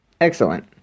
Excellent